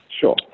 Sure